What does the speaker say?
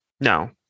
No